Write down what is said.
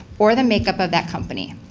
or the makeup of that company.